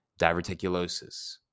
Diverticulosis